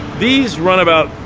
these run about,